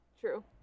True